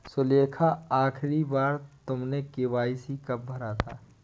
सुलेखा, आखिरी बार तुमने के.वाई.सी कब भरा था?